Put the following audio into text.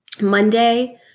Monday